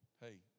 hey